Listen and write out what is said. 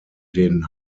den